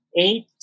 Eight